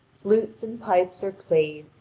flutes and pipes are played,